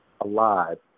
alive